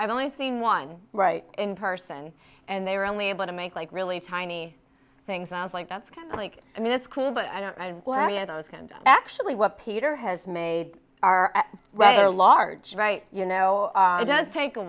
i've only seen one right in person and they were only able to make like really tiny things i was like that's kind of like i mean it's cool but i don't actually what peter has made are rather large right you know it does take a